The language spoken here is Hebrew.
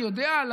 אני יודע,